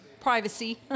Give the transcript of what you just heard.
privacy